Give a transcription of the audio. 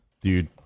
Dude